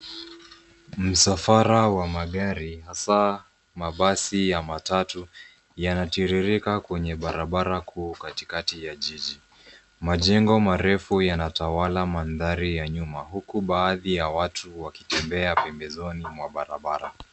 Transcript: Msafara wa magari hasa mabasi ya matatu yanatiririka kwenye barabara kuu katikati ya jiji. Majengo marefu yanatawala mandhari ya nyuma huku baadhi ya watu wakitembea pembezoni mwa barabara.